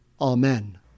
Amen